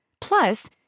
Plus